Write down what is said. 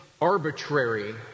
arbitrary